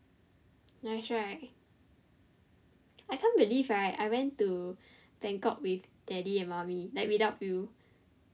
nice right I can't believe right I went to Bangkok with daddy and mummy like without you